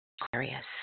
Aquarius